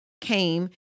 came